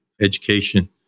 education